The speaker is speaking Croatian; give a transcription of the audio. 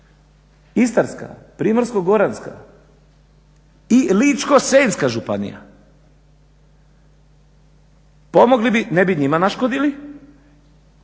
Istarska, Primorsko-goranska i Ličko-senjska županija pomogli bi ne bi njima naškodili